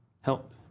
help